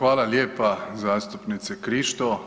Hvala lijepa zastupnice Krišto.